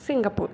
Singapore